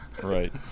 Right